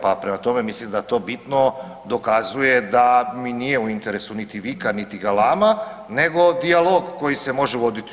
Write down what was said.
Pa prema tome, mislim da to bitno dokazuje da mi nije u interesu niti vika, niti galama, nego dijalog koji se može voditi.